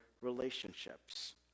relationships